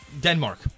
Denmark